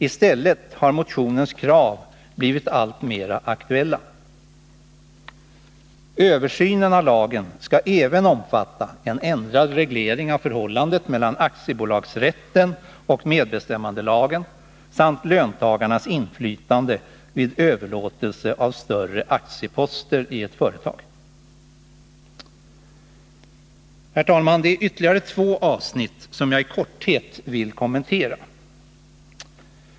I stället har motionens krav blivit alltmera aktuella. Översynen av lagen skall även omfatta en ändrad reglering av förhållandet mellan aktiebolagsrätten och medbestämmandelagen samt löntagarnas inflytande vid överlåtelse av större aktieposter i ett företag. Herr talman! Det är ytterligare två avsnitt som jag i korthet vill kommentera.